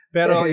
Pero